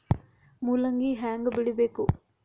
ಮೂಲಂಗಿ ಹ್ಯಾಂಗ ಬೆಳಿಬೇಕು?